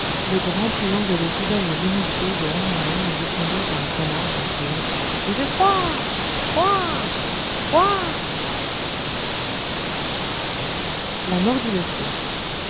de grands triangles de cigognes venues du pays de henri heine descendaient vers la camargue en criant il fait froid froid froid i la mort du dauphin